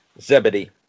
Zebedee